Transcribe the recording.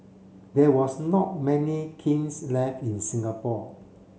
there was not many kilns left in Singapore